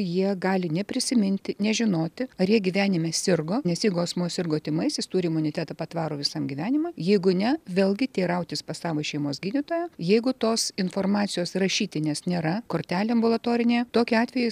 jie gali neprisiminti nežinoti ar jie gyvenime sirgo nes jeigu asmuo sirgo tymais jis turi imunitetą patvarų visam gyvenimui jeigu ne vėlgi teirautis pas savo šeimos gydytoją jeigu tos informacijos rašytinės nėra kortelė ambulatorinė tokiu atveju